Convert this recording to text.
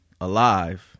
alive